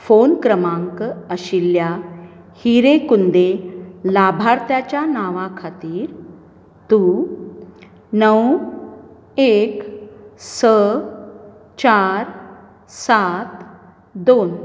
phone क्रमांक आशिल्ल्या हिरे कुंदे लाभार्थ्याच्या नांवा खातीर तूं णव एक स चार सात दोन